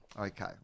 Okay